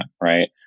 right